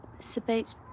Space